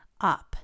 up